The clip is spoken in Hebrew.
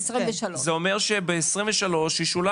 זה אומר שב-2023 ישולם